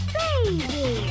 baby